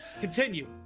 Continue